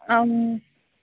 ஆ